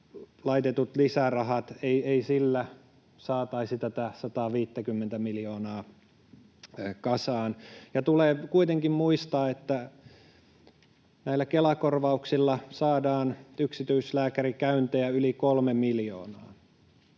laitetut lisärahat, ei sillä saataisi tätä 150:tä miljoonaa kasaan. Ja tulee kuitenkin muistaa, että näillä Kela-korvauksilla saadaan yksityislääkärikäyntejä yli 3 miljoonaa.